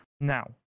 Now